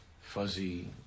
fuzzy